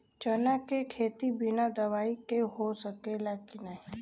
चना के खेती बिना दवाई के हो सकेला की नाही?